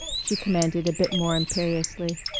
she commanded a bit more imperiously.